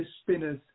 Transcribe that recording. spinners